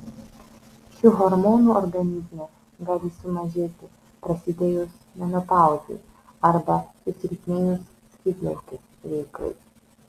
šių hormonų organizme gali sumažėti prasidėjus menopauzei arba susilpnėjus skydliaukės veiklai